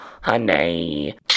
honey